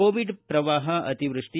Covid ಪ್ರವಾಹ ಅತಿವೃಷ್ಟಿ